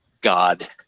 God